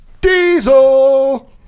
Diesel